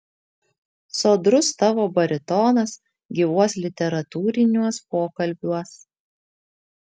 sodrus tavo baritonas gyvuos literatūriniuos pokalbiuos